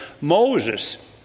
Moses